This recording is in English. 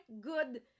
good